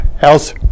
else